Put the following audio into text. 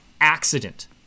accident